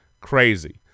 Crazy